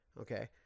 okay